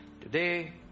Today